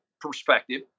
perspective